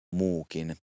muukin